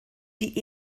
die